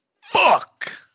fuck